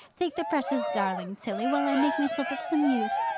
take the precious darling, tilly, while i make myself of some use.